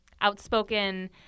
outspoken